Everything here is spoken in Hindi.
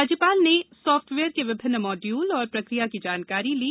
राज्यपाल ने सॉफ्टवेयर के विभिन्न माड्यूल और प्रक्रिया की जानकारी ली